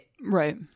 Right